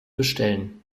bestellen